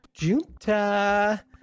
junta